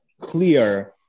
clear